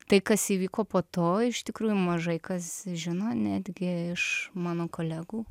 tai kas įvyko po to iš tikrųjų mažai kas žino netgi iš mano kolegų